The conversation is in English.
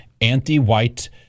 anti-white